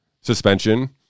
suspension